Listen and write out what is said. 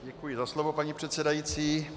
Děkuji za slovo, paní předsedající.